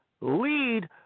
lead